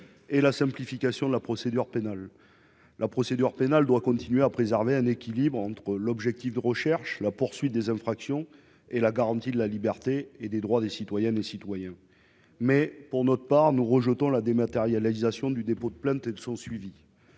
et la simplification de la procédure pénale, laquelle doit préserver un équilibre entre l'objectif de recherche, la poursuite des infractions, et la garantie de la liberté et des droits des citoyennes et des citoyens. Nous refusons la dématérialisation du dépôt de plainte et de son suivi.